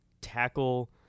tackle